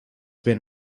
been